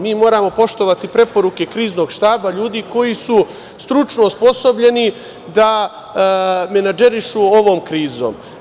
Mi moramo poštovati preporuke kriznog štaba, ljudi koji su stručno osposobljeni da menadžerišu ovom krizom.